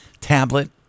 tablet